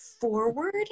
forward